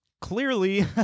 Clearly